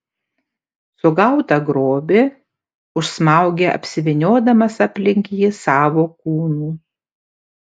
sugautą grobį užsmaugia apsivyniodamas aplink jį savo kūnu